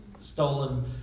Stolen